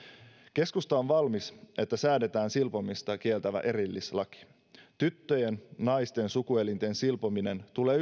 keskusta on valmis siihen että säädetään silpomista kieltävä erillislaki tyttöjen naisten sukuelinten silpominen tulee